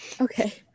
Okay